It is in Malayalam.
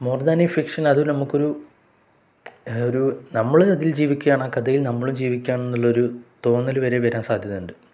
മോർ ദാൻ ഫിക്ഷൻ അതും നമുക്കൊരു ഒരു നമ്മൾ അതിൽ ജീവിക്കുകയാണ് കഥയിൽ നമ്മളും ജീവിക്കുകയാണെന്നുള്ളൊരു തോന്നൽ വരെ വരാൻ സാധ്യതയുണ്ട്